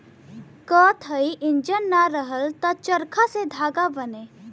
कताई इंजन ना रहल त चरखा से धागा बने